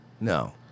No